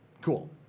Cool